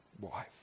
wife